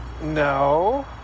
No